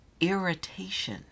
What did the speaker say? irritation